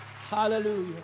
Hallelujah